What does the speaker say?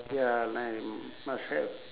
ya and I must have